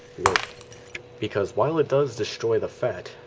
yeah because while it does destroy the fat,